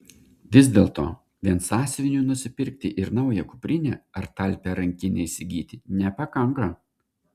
vis dėlto vien sąsiuvinių nusipirkti ir naują kuprinę ar talpią rankinę įsigyti nepakanka